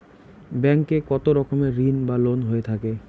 Bank এ কত রকমের ঋণ বা লোন হয়ে থাকে?